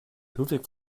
ludwig